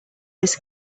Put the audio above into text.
this